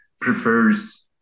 prefers